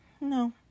no